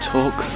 Talk